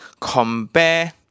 compare